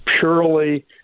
purely